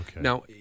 Now